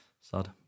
Sad